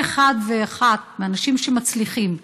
וכל אחת ואחד מהאנשים שמצליחים,